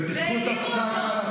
ובזכות פסק ההלכה